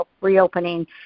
reopening